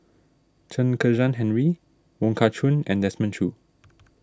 Chen Kezhan Henri Wong Kah Chun and Desmond Choo